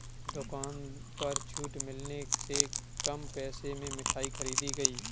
दुकान पर छूट मिलने से कम पैसे में मिठाई खरीदी गई